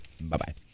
Bye-bye